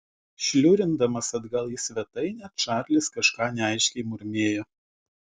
šliurindamas atgal į svetainę čarlis kažką neaiškiai murmėjo